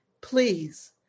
Please